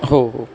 हो